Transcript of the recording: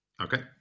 okay